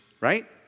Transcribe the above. right